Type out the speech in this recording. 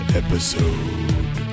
episode